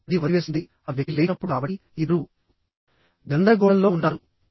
5 10 వదిలివేస్తుంది ఆ వ్యక్తి లేచినప్పుడు కాబట్టి ఇద్దరూ గందరగోళంలో ఉన్నారు